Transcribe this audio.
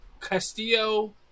Castillo